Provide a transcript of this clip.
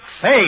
faith